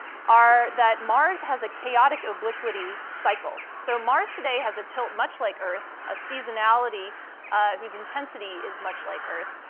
are that mars has a chaotic obliquity cycle. so mars today has a tilt much like earth, a seasonality whose intensity is much like earth,